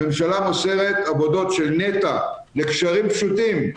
הממשלה מוסרת עבודות של נת"ע לגשרים פשוטים,